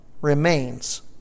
remains